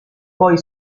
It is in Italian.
poi